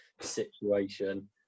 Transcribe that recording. situation